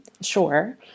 sure